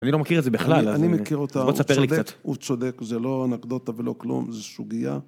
אני לא מכיר את זה בכלל. אני מכיר אותה, בוא תספר לי קצת. הוא צודק, הוא צודק, זה לא אנקדוטה ולא כלום, זה סוגיה.